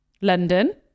London